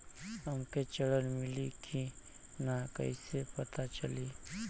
हमके ऋण मिली कि ना कैसे पता चली?